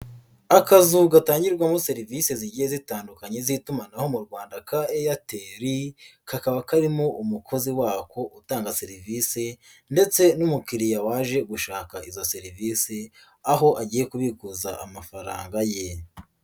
Akazu gatangirwamo serivisi zigiye zitandukanye z'itumanaho mu rwanda ka Airtel kakaba karimo umukozi wako utanga serivisi ndetse n'umukiliya waje gushaka izo serivisi, aho agiye kubikuza amafaranga ye.